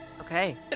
okay